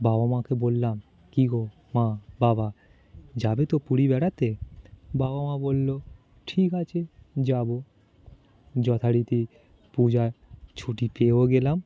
বাবা মাকে বললাম কিগো মা বাবা যাবে তো পুরী বেড়াতে বাবা মা বললো ঠিক আছে যাবো যথারীতি পূজার ছুটি পেয়েও গেলাম